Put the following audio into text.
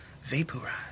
Vaporize